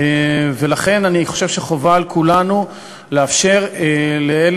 משה מזרחי, ניצן הורוביץ ומיקי